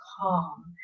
calm